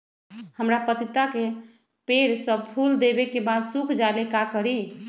हमरा पतिता के पेड़ सब फुल देबे के बाद सुख जाले का करी?